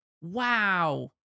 wow